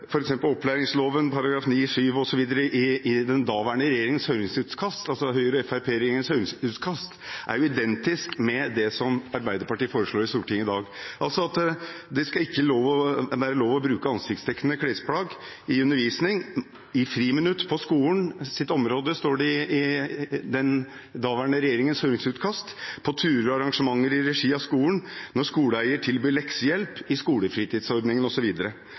i den daværende Høyre–Fremskrittspartiregjeringens høringsutkast identisk med det Arbeiderpartiet foreslår i Stortinget i dag. Det skal ikke være lov å bruke ansiktsdekkende klesplagg i undervisningen, i friminuttene, på skolens område, på turer og arrangementer i regi av skolen, når skoleeieren tilbyr leksehjelp i skolefritidsordningen, osv., står det i den daværende regjeringens høringsutkast.